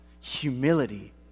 humility